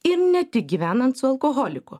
ir ne tik gyvenant su alkoholiku